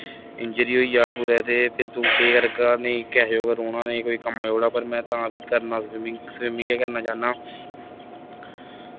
injury होई जाह्ग कुदै ते फ्ही तूं केह् करगा नेईं किसे जोह्गा रौह्ना नेईं कोई कम्में जोह्गा पर में तां बी करना स्विमिंग स्विमिंग गै करना चाह्न्नां